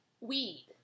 weed